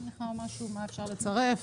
מה אפשר לצרף.